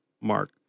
Mark